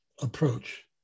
approach